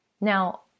Now